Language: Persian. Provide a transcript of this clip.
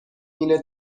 اینه